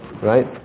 right